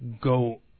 go